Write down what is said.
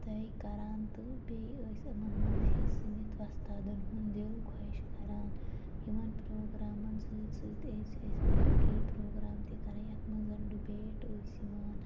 طے کَران تہٕ بیٚیہِ ٲسۍ یِمن مَنٛز حِصہٕ نِتھ وۄستادَن ہُنٛد دِل خۄش کَران یِمَن پروگرامَن سۭتۍ سۭتۍ ٲسۍ أسۍ باقی پروگرام تہِ کَران یتھ مَنز زَن ڈبیٹ ٲسۍ یِوان